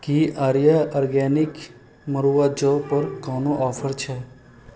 की आर्या आर्गेनिक मरूआ जौ पर कोनो ऑफर छै